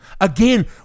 Again